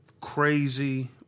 crazy